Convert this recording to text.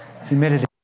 humidity